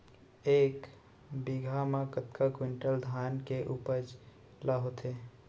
एक बीघा म कतका क्विंटल धान के उपज ह होथे?